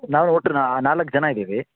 ನಾವು ಒಟ್ಟು ನಾಲ್ಕು ಜನ ಇದ್ದೀವಿ